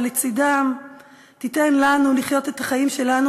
אבל לצדם תיתן לנו לחיות את החיים שלנו